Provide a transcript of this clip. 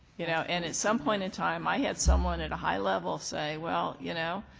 you know, and at some point in time, i had someone at a high level say, well, you know,